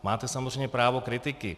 Máte samozřejmě právo kritiky.